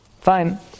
Fine